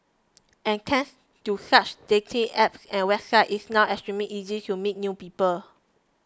and thanks to such dating apps and websites it's now extremely easy to meet new people